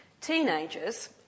Teenagers